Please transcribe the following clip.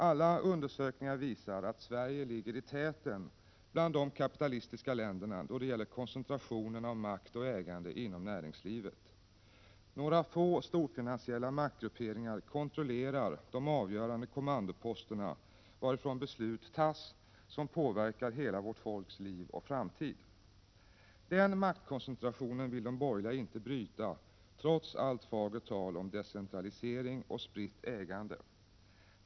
Alla undersökningar visar att Sverige ligger i täten bland de kapitalistiska länderna då det gäller koncentrationen av makt och ägande inom näringslivet. Några få storfinansiella maktgrupperingar kontrollerar de avgörande kommandoposterna, varifrån beslut tas som påverkar hela vårt folks liv och framtid. Den maktkoncentrationen vill de borgerliga inte bryta, trots allt fagert tal om decentralisering och spritt ägande.